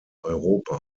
europa